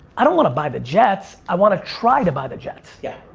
i don't wanna buy the jets i wanna try to buy the jets. yeah.